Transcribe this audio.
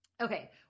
Okay